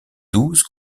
douze